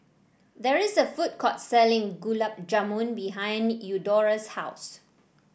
there is a food court selling Gulab Jamun behind Eudora's house